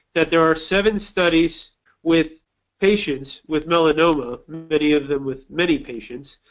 that there are seven studies with patients with melanoma, many of them with many patients,